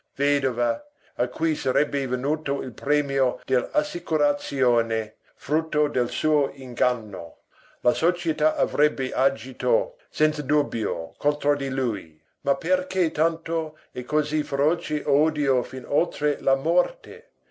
vedova a cui sarebbe venuto il premio dell'assicurazione frutto del suo inganno la società avrebbe agito senza dubbio contro di lui ma perché tanto e così feroce odio fin oltre la morte